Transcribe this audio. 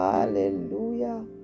Hallelujah